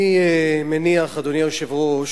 אני מניח, אדוני היושב-ראש,